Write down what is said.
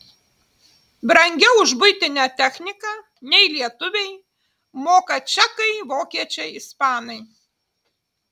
brangiau už buitinę techniką nei lietuviai moka čekai vokiečiai ispanai